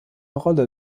rolle